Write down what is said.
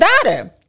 daughter